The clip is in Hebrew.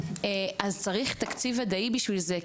אז צריך תקציב וודאי בשביל זה.